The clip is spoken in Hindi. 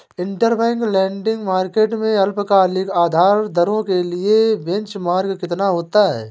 इंटरबैंक लेंडिंग मार्केट में अल्पकालिक उधार दरों के लिए बेंचमार्क कितना होता है?